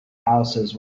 houses